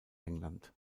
england